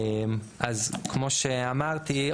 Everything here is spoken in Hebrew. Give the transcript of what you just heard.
אז כמו שאמרתי,